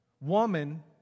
Woman